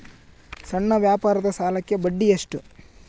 ಸಣ್ಣ ವ್ಯಾಪಾರದ ಸಾಲಕ್ಕೆ ಬಡ್ಡಿ ಎಷ್ಟು?